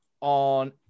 on